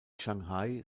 shanghai